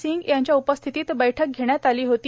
सिंह यांच्या उपस्थितीत बैठक घेण्यात आली होती